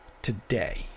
today